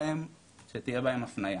שתהיה בהם הפניה,